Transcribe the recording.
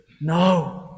No